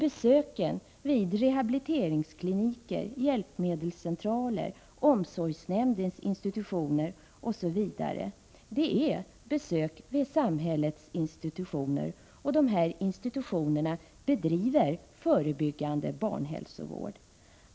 Besök vid rehabiliteringskliniker, hjälpmedelscentraler, omsorgsnämndens institutioner osv. är besök på samhällets institutioner, och de institutionerna bedriver förebyggande barnhälsovård.